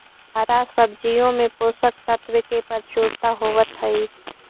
हरा सब्जियों में पोषक तत्व की प्रचुरता होवत हई